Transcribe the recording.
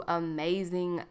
amazing